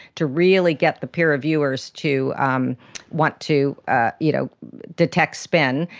to really get the peer reviewers to um want to ah you know detect spin.